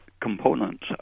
components